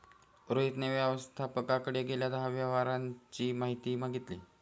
रोहितने व्यवस्थापकाकडे गेल्या दहा व्यवहारांची माहिती मागितली